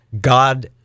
God